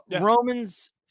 Romans